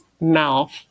mouth